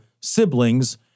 siblings